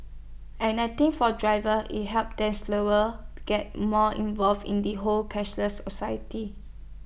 and I think for drivers IT helps them slower get more involved in the whole cashless A society